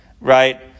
right